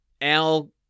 Al